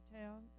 town